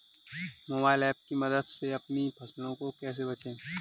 Mobile app की मदद से अपनी फसलों को कैसे बेचें?